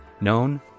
known